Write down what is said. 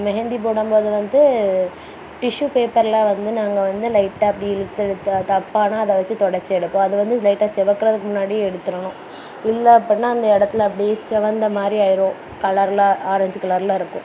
மெஹந்தி போடும்போது வந்து டிஷ்யூ பேப்பர்ல வந்து நாங்கள் வந்து லைட்டாக அப்படி இழுத்து இழுத்து தப்பானால் அதை வச்சு துடச்சி எடுப்போம் அது வந்து லைட்டாக சிவக்குறதுக்கு முன்னாடியே எடுத்தடணும் இல்லை அப்பட்னா அந்த இடத்துல அப்படே சிவந்த மாரி ஆயிரும் கலர்ல ஆரஞ்சி கலர்ல இருக்கும்